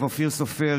אופיר סופר,